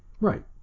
Right